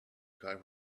kite